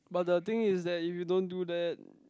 but the thing is that if you don't do that